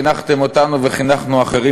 שעליהם חינכתם אותנו וחינכנו אחרים,